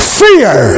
fear